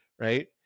Right